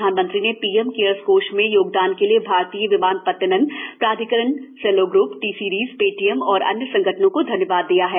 प्रधानमंत्री ने PM CARES कोष में योगदान के लिए भारतीय विमानपत्तन प्राधिकरण Cello group T Series Paytm और अन्य संगठनों को धन्यवाद दिया है